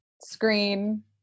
screen